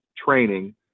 training